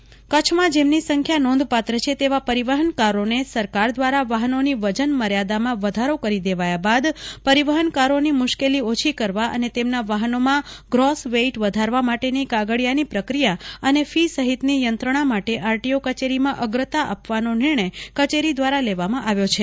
to કચેરીમાં અગ્રતા કચ્છમાં જેમની સંખ્યા નોંધપાત્ર છે તેવા પરિવહનકારોને સરકાર દ્વારા વાહનોની વજનમર્યાદામાં વધારો કરી દેવાયા બાદ પરિવહનકારોની મુશ્કેલી ઓછી કરવા અને તેમનાં વાહનોમાં ગ્રોસ વેઈટ જીવીડબલ્યુ વધારવા માટેની કાગળિયાની પ્રક્રિયા અને ફી સહિતની યંત્રણા માટે આરટીઓ કચેરીમાં અગ્રતા આપવાનો નિર્ણય કચેરીઓ દ્વારા લેવામાં આવ્યો છે